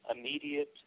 immediate